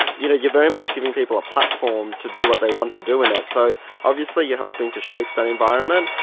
you know you're very much giving people a platform to do what they want to do in it. so obviously you're helping to shape that environment,